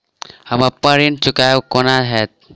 हम अप्पन ऋण चुकाइब कोना हैतय?